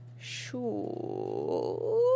Sure